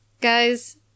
Guys